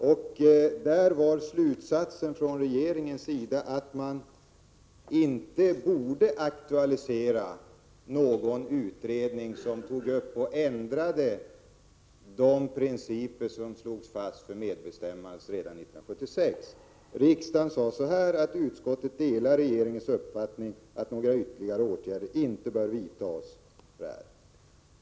Regeringens slutsats var att man inte borde aktualisera någon utredning som tog upp resp. ändrade de principer som slogs fast redan 1976 beträffande medbestämmandet. Riksdagen sade: Utskottet delar regeringens uppfattning att några ytterligare åtgärder inte bör vidtas.